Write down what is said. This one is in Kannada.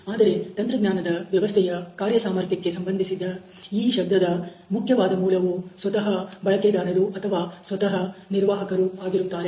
ಆದರೆ ತಂತ್ರಜ್ಞಾನದ ವ್ಯವಸ್ಥೆಯ ಕಾರ್ಯ ಸಾಮರ್ಥ್ಯಕ್ಕೆ ಸಂಬಂಧಿಸಿದ ಈ ಶಬ್ದದ ಮುಖ್ಯವಾದ ಮೂಲವು ಸ್ವತಹ ಬಳಕೆದಾರರುusers ಅಥವಾ ಸ್ವತಹ ನಿರ್ವಾಹಕರು ಆಗಿರುತ್ತಾರೆ